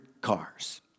cars